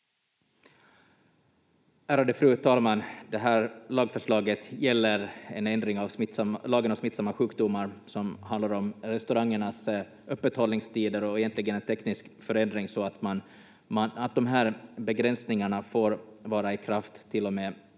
Ärade fru talman! Det här lagförslaget gäller en ändring av lagen om smittsamma sjukdomar som handlar om restaurangernas öppethållningstider och är egentligen en teknisk förändring så att de här begränsningarna får vara i kraft till och med